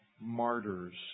martyrs